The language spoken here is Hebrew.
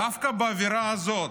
דווקא באווירה הזאת,